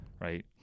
Right